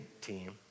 team